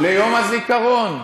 בין יום השואה ליום הזיכרון.